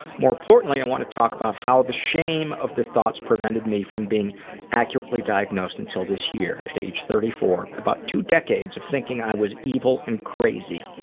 more importantly i want to talk about how the shame of the thoughts prevented me from being accurately diagnosed until this year, at age thirty four, about two decades thinking i was evil and crazy.